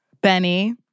Benny